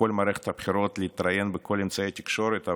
בכל מערכת הבחירות להתראיין בכל אמצעי התקשורת,